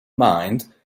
mind